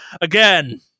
again